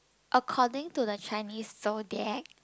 according to the Chinese zodiac